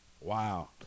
Wow